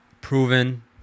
proven